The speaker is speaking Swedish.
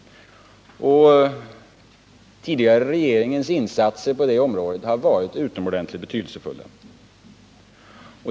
Den tidigare regeringens insatser på det området har varit utomordentligt betydelsefulla.